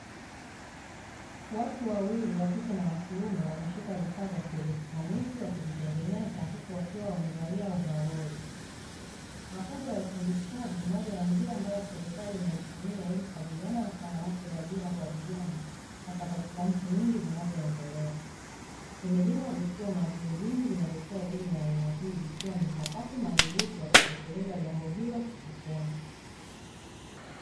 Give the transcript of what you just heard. Watu wawili wa kike na wa kiume wameshika vifaa vya kieletroniki wakivitengeneza huku wakiwa wamevalia ovaloli, mafunzo ya ufundi stadi ni moja ya njia ambayo serikali inaitumia, ili kukabiliana na changamoto ya ajira kwa vijana hasa katika nchi nyingi zinazoendelea ,vimejengwa vituo na vyuo vingi vinavyotoa elimu ya aina hii, ikiwa ni mkakati madhubuti wa kutekeleza jambo hilo kivitendo.